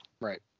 right